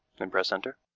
and press enter.